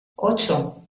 ocho